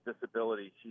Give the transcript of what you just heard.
disability